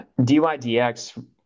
DYDX